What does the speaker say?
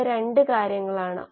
അതിനാൽ 5 മൈനസ് 3 എന്നത് 2 ആണ്